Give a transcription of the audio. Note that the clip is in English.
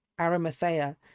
arimathea